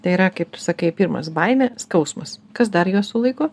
tai yra kaip tu sakai pirmas baimė skausmas kas dar juos sulaiko